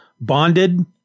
bonded